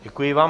Děkuji vám.